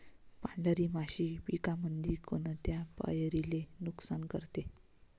पांढरी माशी पिकामंदी कोनत्या पायरीले नुकसान करते?